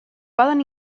poden